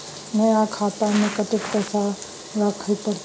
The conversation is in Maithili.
नया खाता में कत्ते पैसा रखे परतै?